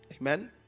Amen